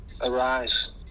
arise